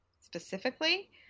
specifically